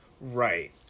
Right